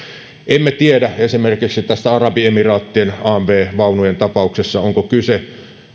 emme tiedä esimerkiksi tästä arabiemiraattien amv vaunujen tapauksesta onko kyse